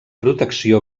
protecció